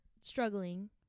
Struggling